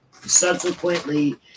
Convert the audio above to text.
subsequently